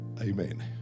Amen